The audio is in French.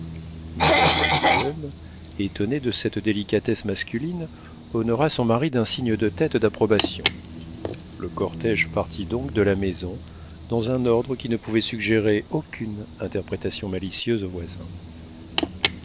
madame guillaume étonnée de cette délicatesse masculine honora son mari d'un signe de tête d'approbation le cortége partit donc de la maison dans un ordre qui ne pouvait suggérer aucune interprétation malicieuse aux voisins